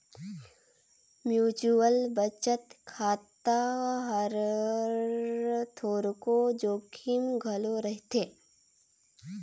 mutual बचत खाता हर थोरोक जोखिम घलो रहथे